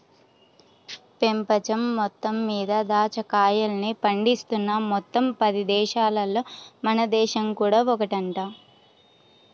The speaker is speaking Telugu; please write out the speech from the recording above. పెపంచం మొత్తం మీద దాచ్చా కాయల్ని పండిస్తున్న మొత్తం పది దేశాలల్లో మన దేశం కూడా ఒకటంట